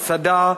הסעדה,